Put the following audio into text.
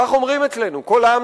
כך אומרים אצלנו: כל העם